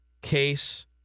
case